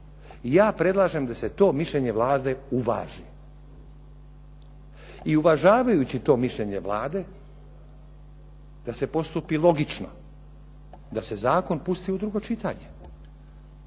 Ja predlažem da se to mišljenje Vlade uvaži i uvažavajući to mišljenje Vlade da se postupi logično, da se zakon pusti u drugo čitanje